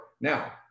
Now